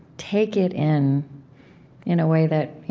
take it in in a way that